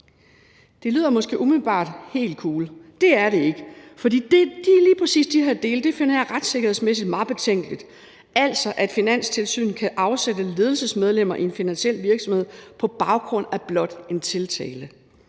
Det lyder måske umiddelbart helt cool. Det er det ikke, fordi præcis de her dele finder jeg retssikkerhedsmæssigt meget betænkelige: altså at Finanstilsynet kan afsætte ledelsesmedlemmer i en finansiel virksomhed på baggrund af blot en tiltale;